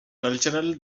cultural